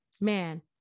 man